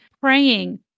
praying